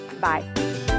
Bye